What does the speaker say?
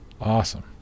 Awesome